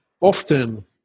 often